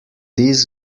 this